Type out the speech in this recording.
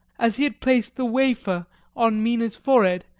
as he had placed the wafer on mina's forehead,